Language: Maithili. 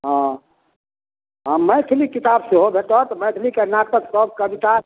हँ हँ मैथिली किताब सेहो भेटत मैथिलीके नाटक सब कविता